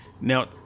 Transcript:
Now